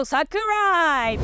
Sakurai